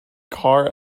car